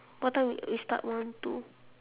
what time we start one two